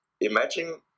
imagine